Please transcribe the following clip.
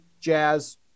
jazz